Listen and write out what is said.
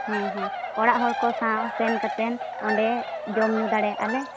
ᱦᱮᱸ ᱦᱮᱸ ᱚᱲᱟᱜ ᱦᱚᱲᱠᱚ ᱥᱟᱶ ᱥᱮᱱ ᱠᱟᱛᱮᱱ ᱚᱸᱰᱮ ᱡᱚᱢ ᱧᱩ ᱫᱟᱲᱮᱭᱟᱜᱼᱟ ᱞᱮ